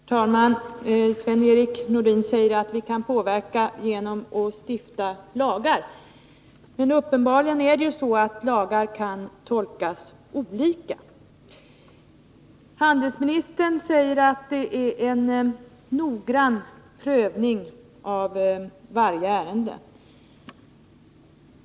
Fru talman! Sven-Erik Nordin säger att vi kan påverka utvecklingen genom att stifta lagar. Men uppenbarligen är det så att lagar kan tolkas olika. Handelsministern säger att det sker en noggrann prövning av varje ärende.